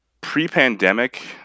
pre-pandemic